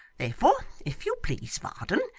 therefore, if you please, varden,